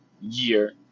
year